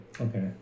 Okay